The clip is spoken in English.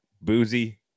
boozy